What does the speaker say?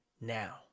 now